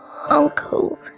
Uncle